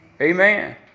Amen